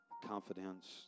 confidence